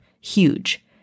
Huge